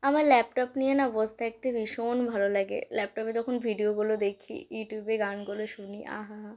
আমার ল্যাপটপ নিয়ে না বসে থাকতে বীষণ ভালো লাগে ল্যাপটপে যখন ভিডিওগুলো দেখি ইউটিউবে গানগুলো শুনি আহা হা